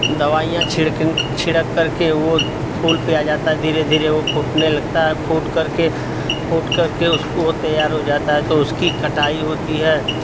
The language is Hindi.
दवाइयाँ छिड़कन छिड़क कर के वो फूल पर आ जाता है धीरे धीरे वो फूटने लगता है फूट करके फूट करके उसको वो तैयार हो जाता है उसकी कटाई होती है